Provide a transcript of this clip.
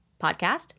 podcast